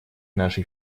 нашей